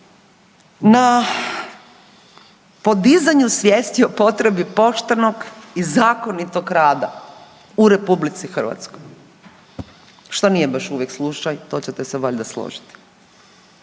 na podizanju svijesti o potrebi poštenog i zakonitog rada u Republici Hrvatskoj što nije baš uvijek slučaj to ćete se valjda složiti.